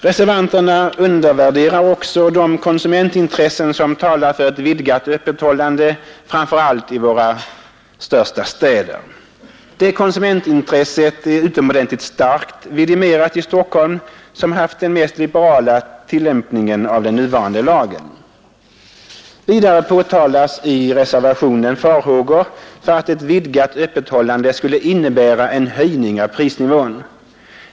Reservanterna undervärderar också de konsumentintressen som talar för ett vidgat öppethållande framför allt i våra största städer. Det konsumentintresset är utomordentligt starkt vidimerat i Stockholm, som har haft den mest liberala tillämpningen av den nuvarande lagen. Vidare påtalas i reservationen farhågor för att ett vidgat öppethållande skulle innebära en höjning av prisnivån.